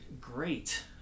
great